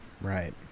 Right